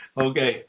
Okay